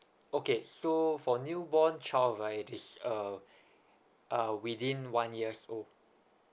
okay so for newborn child right it is uh ah within one years old